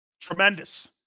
Tremendous